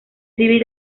civil